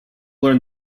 learn